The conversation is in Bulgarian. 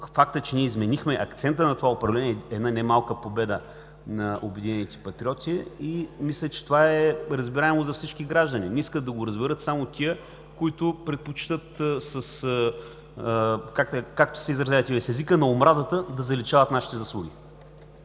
фактът, че ние изменихме акцента на това управление, е една немалка победа на „Обединени патриоти“. Мисля, че това е разбираемо за всички граждани. Не искат да го разберат само тия, които предпочитат, както се изразявате Вие, с езика на омразата да заличават нашите заслуги.